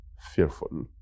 fearful